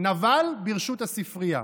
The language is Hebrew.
נבל ברשות הספרייה.